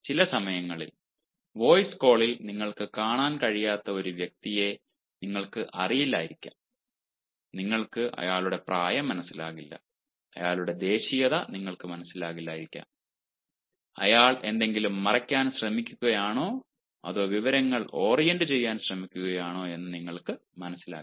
ചില സമയങ്ങളിൽ വോയ്സ് കോളിൽ നിങ്ങൾക്ക് കാണാൻ കഴിയാത്ത ഒരു വ്യക്തിയെ നിങ്ങൾക്ക് അറിയില്ലായിരിക്കാം നിങ്ങൾക്ക് അയാളുടെ പ്രായം മനസ്സിലാകില്ല അയാളുടെ ദേശീയത നിങ്ങൾക്ക് മനസ്സിലായില്ലായിരിക്കാം അയാൾ എന്തെങ്കിലും മറയ്ക്കാൻ ശ്രമിക്കുകയാണോ അതോ വിവരങ്ങൾ ഓറിയന്റുചെയ്യാൻ ശ്രമിക്കുകയാണോ എന്ന് നിങ്ങൾക്ക് മനസ്സിലാകില്ല